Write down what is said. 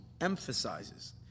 emphasizes